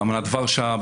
באמנת ורשה,